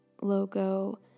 logo